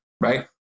right